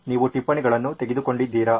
ನೀವು ಟಿಪ್ಪಣಿಗಳನ್ನು ತೆಗೆದುಕೊಂಡಿದ್ದೀರಾ